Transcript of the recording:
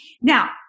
Now